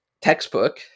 textbook